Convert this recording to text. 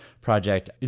project